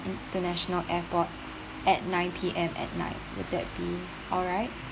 international airport at nine P_M at night would that be alright